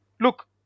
Look